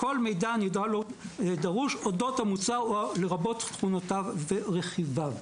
כל מידע הדרוש אודות המוצר או לרבות תכונותיו או רכיביו.